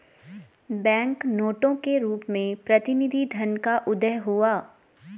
bank नोटों के रूप में प्रतिनिधि धन का उदय हुआ